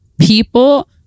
people